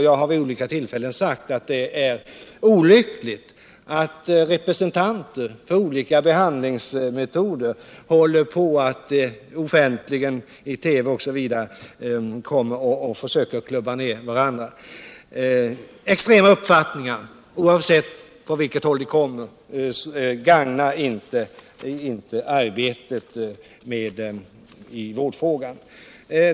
Jag har vid olika tillfällen sagt att det är olyckligt att förespråkare för olika behandlingsmetoder offentligt, i TV osv., försöker klubba ned varandra. Extrema uppfattningar, oavsett från vilket håll de framförs, gagnar inte arbetet i vårdfrågan.